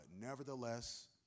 Nevertheless